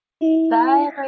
bye